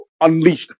unleashed